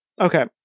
Okay